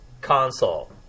console